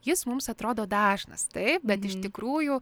jis mums atrodo dažnas taip bet iš tikrųjų